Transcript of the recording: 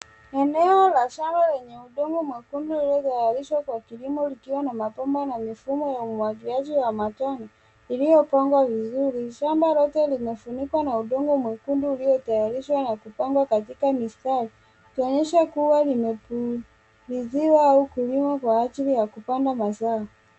Eneo la shamba enye udongo mwekundu iliotayariswa kwa kilimo likiwa na mapomba na mfumo wa umwagiliaji wa matone iliopangwa vizuri. Shamba lote limefunikwa na udongo mwekundu iliotayarishwa na kupangwa katika mistari ukionyesha kuwa limefulisiwa au kulimwa kwa ajili ya kupanda mazao.